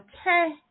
Okay